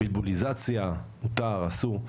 והבלבוליזציה, מותר, אסור.